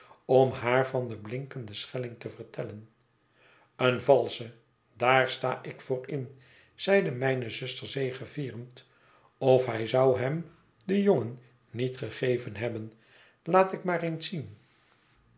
om haar van den blinkenden scheliing te vertellen een valsche daar sta ik je voor in zeide mijne zuster zegevierend of hij zou hem den jongen niet gegeven hebben laat ik maar eens zien